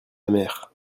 mère